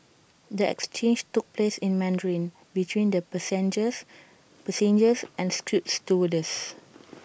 the exchange took place in Mandarin between the passenger and A scoot stewardess